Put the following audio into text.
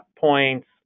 points